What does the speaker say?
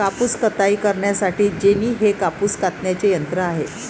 कापूस कताई करण्यासाठी जेनी हे कापूस कातण्याचे यंत्र आहे